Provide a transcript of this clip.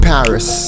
Paris